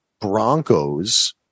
Broncos